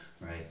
Right